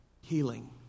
healing